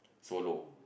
solo